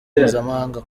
mpuzamahanga